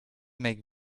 make